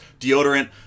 deodorant